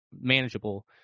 manageable